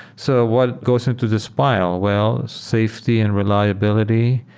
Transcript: so what goes into this pile? well, safety and reliability,